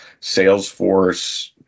Salesforce